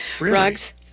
rugs